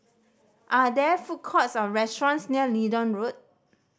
are there food courts or restaurants near Leedon Road